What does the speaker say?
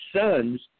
sons